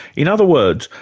in other words,